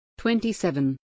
27